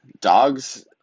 dogs